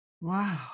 Wow